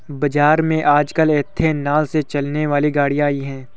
बाज़ार में आजकल एथेनॉल से चलने वाली गाड़ियां आई है